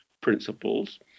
principles